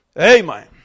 Amen